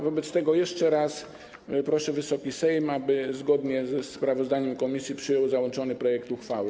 Wobec tego jeszcze raz proszę Wysoki Sejm, aby zgodnie ze sprawozdaniem komisji przyjął załączony projekt uchwały.